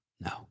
No